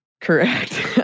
correct